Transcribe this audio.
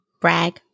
Brag